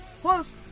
Plus